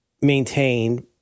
maintained